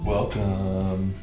Welcome